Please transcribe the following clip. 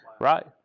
right